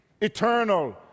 eternal